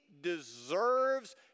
deserves